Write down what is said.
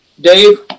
Dave